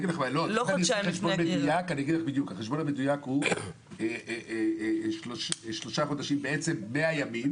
החשבון המדויק הוא שלושה חודשים, בעצם 100 ימים